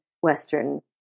western